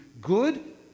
good